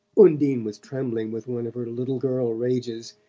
undine was trembling with one of her little-girl rages,